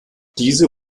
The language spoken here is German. diese